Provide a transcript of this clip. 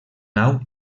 nau